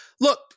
look